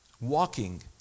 walking